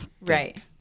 Right